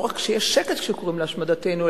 לא רק שיש שקט כשקוראים להשמדתנו,